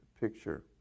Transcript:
picture